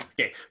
Okay